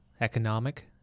economic